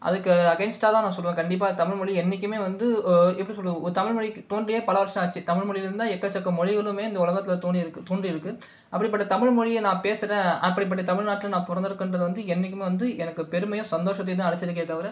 அதுக்கு அகைன்ஸ்டாக தான் நான் சொல்லுவேன் கண்டிப்பாக தமிழ்மொழி என்னிக்குமே வந்து எப்படி சொல்லுறது தமிழ்மொழிக்கு தோன்றியே பல வருஷம் ஆச்சு தமிழ்மொழிலருந்து தான் எக்கச்சக்க மொழிகலுமே இந்த உலகத்தில் தோனிருக்கு தோன்றியிருக்கு அப்படிப்பட்ட தமிழ்மொழியை நான் பேசுகிறேன் அப்படிப்பட்ட தமிழ்நாட்டில் நான் பிறந்துருக்குறது வந்து என்றைக்குமே வந்து எனக்கு பெருமையும் சந்தோஷத்தையும் தான் அளிச்சிருக்கே தவிர